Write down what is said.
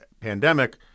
pandemic